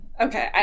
Okay